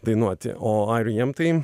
dainuoti o ar jiem tai